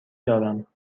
دارم